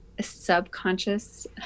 subconscious